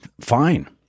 fine